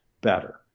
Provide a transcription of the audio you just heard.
better